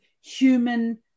human